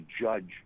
judge